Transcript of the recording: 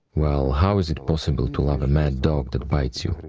well, how is it possible to love a mad dog that bites you?